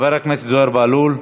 חברי הכנסת זוהיר בהלול,